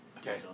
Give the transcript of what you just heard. Okay